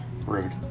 Rude